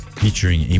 featuring